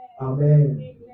Amen